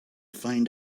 find